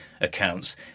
accounts